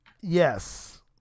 Yes